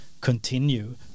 continue